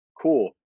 cool